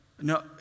No